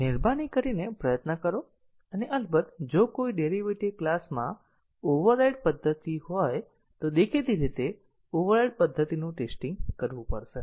મહેરબાની કરીને પ્રયત્ન કરો અને અલબત્ત જો કોઈ ડેરીવેટીવ ક્લાસમાં ઓવરરાઇડ પદ્ધતિ હોય તો દેખીતી રીતે ઓવરરાઇડ પદ્ધતિનું ટેસ્ટીંગ કરવું પડશે